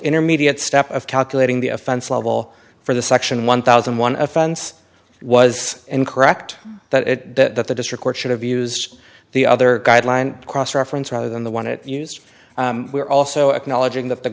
intermediate step of calculating the offense level for the section one thousand one offense was incorrect that the district court should have used the other guideline cross reference rather than the one it used were also acknowledging th